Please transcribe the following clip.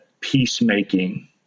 peacemaking –